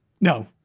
No